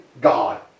God